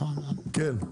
כן?